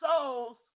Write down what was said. souls